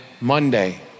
Monday